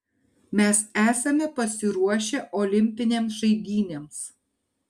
mes esame pasiruošę olimpinėms žaidynėms